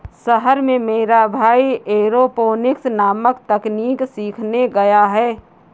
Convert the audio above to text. शहर में मेरा भाई एरोपोनिक्स नामक तकनीक सीखने गया है